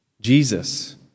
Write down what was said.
Jesus